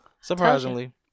Surprisingly